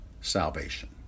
salvation